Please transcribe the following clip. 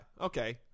Okay